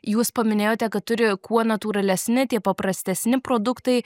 jūs paminėjote kad turi kuo natūralesni tie paprastesni produktai